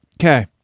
Okay